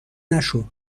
نشو